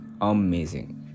amazing